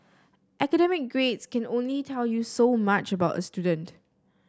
academic grades can only tell you so much about a student